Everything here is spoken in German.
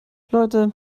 leute